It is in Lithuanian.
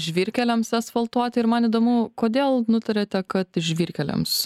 žvyrkeliams asfaltuot ir man įdomu kodėl nutarėte kad žvyrkeliams